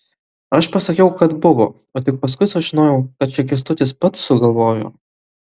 aš pasakiau kad buvo o tik paskui sužinojau kad čia kęstutis pats sugalvojo